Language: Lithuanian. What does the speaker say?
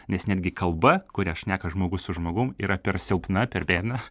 nes netgi kalba kuria šneka žmogus su žmogum yra per silpna per biedna